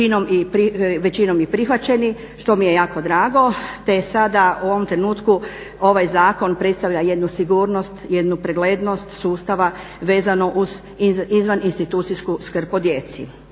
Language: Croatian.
većinom i prihvaćeni što mi je jako drago te sada u ovom trenutku ovaj zakon predstavlja jednu sigurnost, jednu preglednost sustava vezano uz izvan institucijsku skrb o djeci.